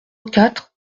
quatre